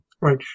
Right